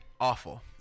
Awful